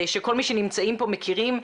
שכל מי שנמצאים פה מכירים,